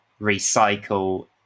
recycle